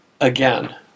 again